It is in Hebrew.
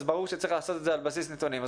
ברור שצריך לעשות את זה על בסיס נתונים.